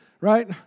Right